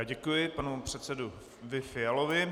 Děkuji panu předsedovi Fialovi.